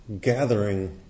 gathering